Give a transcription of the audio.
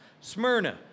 Smyrna